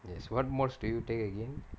yes what modules do you take again